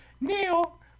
Neil